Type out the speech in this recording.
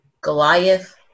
Goliath